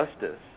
justice